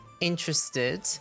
Interested